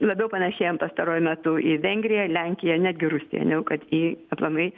labiau panašėjam pastaruoju metu į vengriją lenkiją netgi rusiją negu kad į aplamai